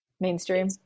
mainstream